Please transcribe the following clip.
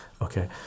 okay